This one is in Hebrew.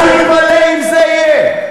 אל תתפלא אם זה יהיה.